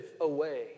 away